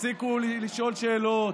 הפסיקו לשאול שאלות,